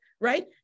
right